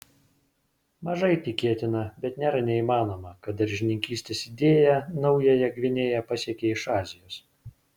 mažai tikėtina bet nėra neįmanoma kad daržininkystės idėja naująją gvinėją pasiekė iš azijos